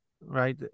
right